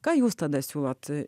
ką jūs tada siūlot